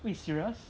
wait serious